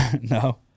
No